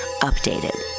Updated